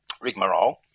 rigmarole